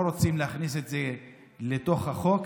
אנחנו לא רוצים להכניס את זה לתוך החוק,